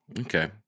Okay